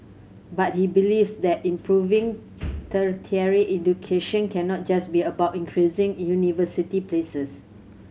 but he believes that improving tertiary education cannot just be about increasing university places